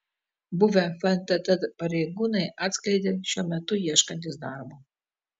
buvę fntt pareigūnai atskleidė šiuo metu ieškantys darbo